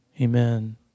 Amen